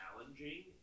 challenging